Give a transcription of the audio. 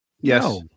Yes